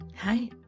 Hi